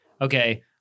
okay